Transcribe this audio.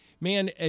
man